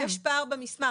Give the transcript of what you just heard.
יש פער במסמך.